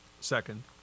Second